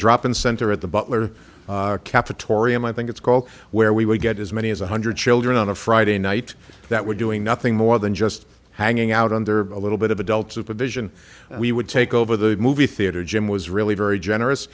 drop in center at the butler kappa tory and i think it's called where we would get as many as one hundred children on a friday night that were doing nothing more than just hanging out on there a little bit of adult supervision we would take over the movie theater jim was really very generous